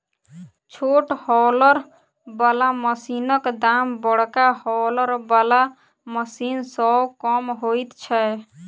छोट हौलर बला मशीनक दाम बड़का हौलर बला मशीन सॅ कम होइत छै